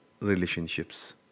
relationships